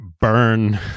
burn